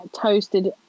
toasted